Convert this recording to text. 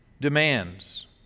demands